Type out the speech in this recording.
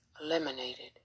eliminated